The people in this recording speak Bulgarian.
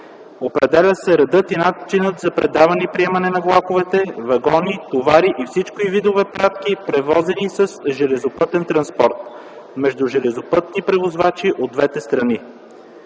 Определят се редът и начинът за предаване и приемане на влакове, вагони, товари и всички видове пратки, превозвани с железопътен транспорт, между железопътни превозвачи от двете страни.